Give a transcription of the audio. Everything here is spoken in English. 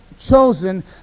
chosen